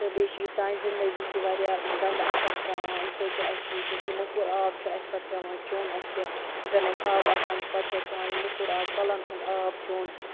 تہٕ بیٚیہِ چھِ یہِ سانہِ زِندگی تہِ واریاہ گنٛدٕ اَثر تراوان اَمہِ سۭتۍ چھُ اَسہِ یُس اَسہِ یہِ موٚکُر آب چھُ اَسہِ پَتہٕ پیٚوان چیوٚن اَسہِ اَگر نہٕ اَسہِ آب آسان چھُ پَتہٕ چھُ اَسہِ پیٚوان یہِ موٚکُر آب کۄلَن ہُنٛد آب چیوٚن